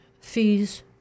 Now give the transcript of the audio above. fees